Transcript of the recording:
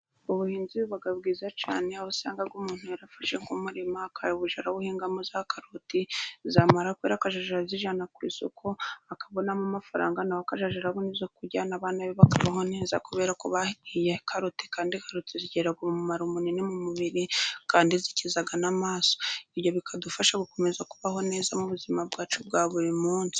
Ubuhinzi buba bwiza cyane aho usanga umuntu yarafashe kumurima akajya arawuhingamo za karoti zamara zamara kwera zakazijyana ku isoko akabonamo amafaranga, nawe akazajya arabona ibyo kujyana abana be bakabaho neza, kubera ko bahinga karote kandi karotizigira mumaro munini mu mubiri kandi zikiza n'amaso ibyo bikadufasha gukomeza kubaho neza mu buzima bwacu bwa buri munsi.